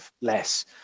less